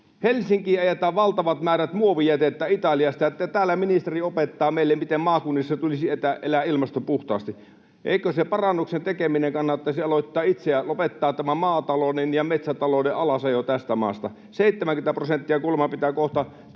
Helsinkiin ajetaan valtavat määrät muovijätettä Italiasta, ja täällä ministeri opettaa meille, miten maakunnissa tulisi elää ilmastopuhtaasti. Eikö se parannuksen tekeminen kannattaisi aloittaa itse ja lopettaa tämä maatalouden ja metsätalouden alasajo tästä maasta? 70 prosenttia Suomen metsistä